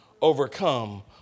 overcome